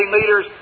leaders